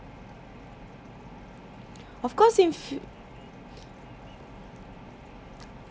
of course in